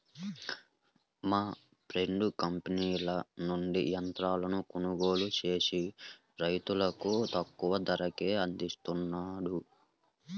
మా ఫ్రెండు కంపెనీల నుంచి యంత్రాలను కొనుగోలు చేసి రైతులకు తక్కువ ధరకే అందిస్తున్నాడు